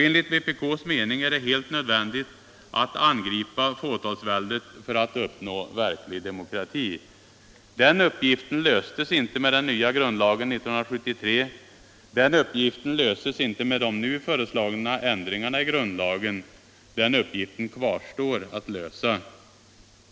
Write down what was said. Enligt vpk:s mening är det helt nöd = grundlag vändigt att angripa fåtalsväldet för att uppnå verklig demokrati. Den uppgiften löstes inte med den nya grundlagen 1973, och den löses inte med de nu föreslagna ändringarna i grundlagen. Den uppgiften kvarstår att lösa.